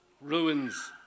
ruins